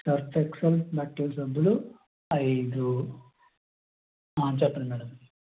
Surf Excel బట్టలు సబ్బులు ఐదు చెప్పండి మేడం